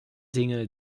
dinge